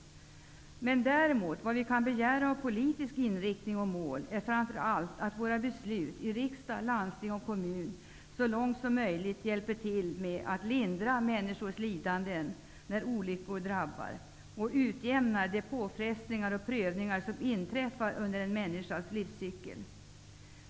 Däremot kan vi begära att den politiska inriktningen i riksdagen, i landsting och i kommuner skall vara att fatta beslut som så långt som möjligt hjälper till att lindra människors lidanden när de drabbas av olyckor och att utjämna de påfrestningar och prövningar som inträffar under en människas livscykel.